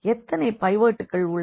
எத்தனை பைவோட்கள் உள்ளன